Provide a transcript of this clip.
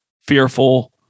fearful